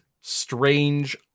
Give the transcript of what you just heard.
strange